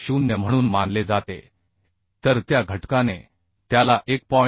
10 म्हणून मानले जाते तर त्या घटकाने त्याला 1